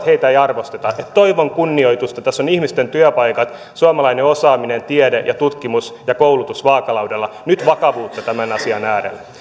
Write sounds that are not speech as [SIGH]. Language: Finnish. [UNINTELLIGIBLE] heitä ei arvosteta toivon kunnioitusta tässä ovat ihmisten työpaikat suomalainen osaaminen tiede tutkimus ja koulutus vaakalaudalla nyt vakavuutta tämän asian äärelle